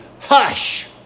hush